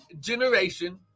generation